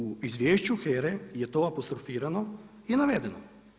U izvješću HERA-e je to apostrofirano i navedeno.